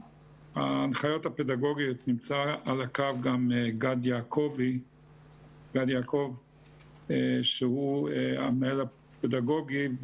ההנחיות הפדגוגיות - נמצא על הקו גד יעקב שהוא המנהל הפדגוגי.